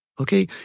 okay